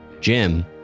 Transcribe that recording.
Jim